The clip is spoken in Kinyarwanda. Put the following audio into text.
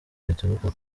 bituruka